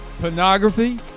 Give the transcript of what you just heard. pornography